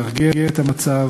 להרגיע את המצב,